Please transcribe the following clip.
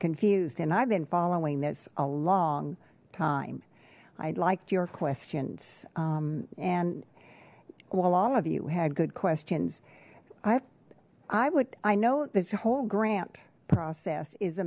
confused and i've been following this a long time i'd liked your questions and while all of you had good questions i i would i know this whole grant process is a